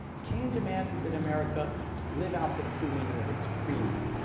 king demanded that america live out the true meaning of its creed.